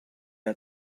got